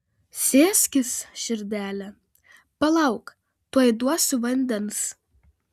sėskis širdele palauk tuoj duosiu vandens